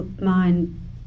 mind